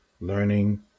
learning